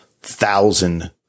thousand